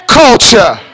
culture